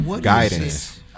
guidance